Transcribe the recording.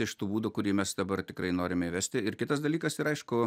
iš tų būdų kurį mes dabar tikrai norime įvesti ir kitas dalykas ir aišku